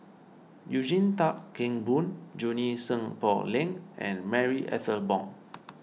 Eugene Tan Kheng Boon Junie Sng Poh Leng and Marie Ethel Bong